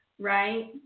right